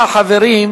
החוקה,